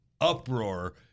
uproar